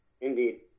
Indeed